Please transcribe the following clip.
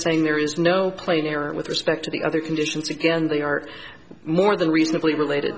saying there is no plane error with respect to the other conditions again they are more than reasonably related